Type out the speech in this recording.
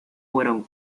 fueron